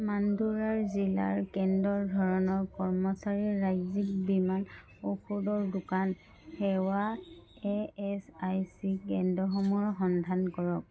মাডুৰাই জিলাৰ কেন্দ্ৰৰ ধৰণৰ কৰ্মচাৰীৰ ৰাজ্যিক বীমা ঔষধৰ দোকান সেৱা ই এছ আই চি কেন্দ্ৰসমূহৰ সন্ধান কৰক